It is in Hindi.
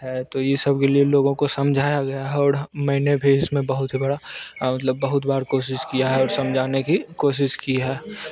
है तो ये सब इन लोगों को समझाया गया और मैंने भी इसमें बहुत बड़ा मतलब बहुत बार कोशिश किया है और समझाने की कोशिश की है